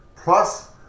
Plus